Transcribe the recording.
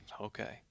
Okay